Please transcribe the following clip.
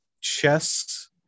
chess